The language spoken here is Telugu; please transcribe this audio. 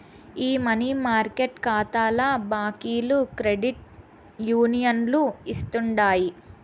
ఈ మనీ మార్కెట్ కాతాల బాకీలు క్రెడిట్ యూనియన్లు ఇస్తుండాయి